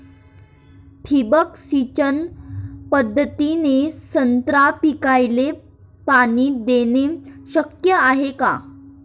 ठिबक सिंचन पद्धतीने संत्रा पिकाले पाणी देणे शक्य हाये का?